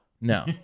No